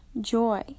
joy